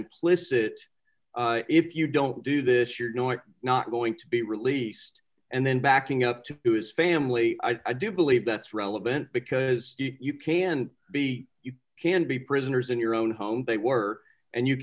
implicit if you don't do this you're no i'm not going to be released and then backing up to his family i do believe that's relevant because you can be you can be prisoners in your own home they were and you